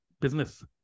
business